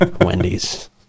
Wendy's